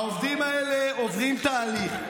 העובדים האלה עוברים תהליך.